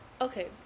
Okay